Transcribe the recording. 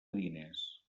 diners